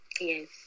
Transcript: Yes